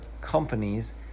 companies